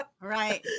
right